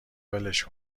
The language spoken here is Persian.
ولش